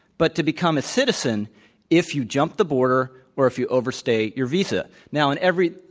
but to become a citizen if you jump the border or if you overstay your visa. now, in every